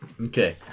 Okay